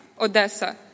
Odessa